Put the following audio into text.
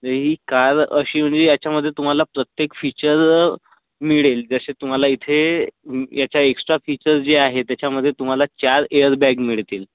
ही car अशी म्हणजे याच्यामध्ये तुम्हाला प्रत्येक फीचर मिळेल जसे तुम्हाला इथे याचा एक्सट्रा फीचर जे आहे त्याच्यामध्ये तुम्हाला चार एअरबॅग मिळतील